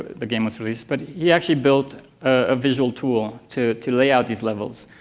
the game was released but he actually built a visual tool to to lay out those levels.